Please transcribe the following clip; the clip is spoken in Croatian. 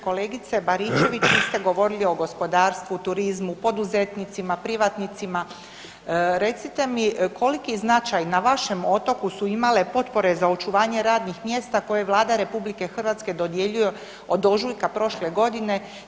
Kolegice Baričević, vi ste govorili o gospodarstvu, turizmu, poduzetnicima, privatnicima, recite mi koliki značaj na vašem otoku su imale potpore za očuvanje radnih mjesta koje Vlada RH dodjeljuje od ožujka prošle godine?